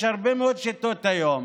יש הרבה מאוד שיטות היום,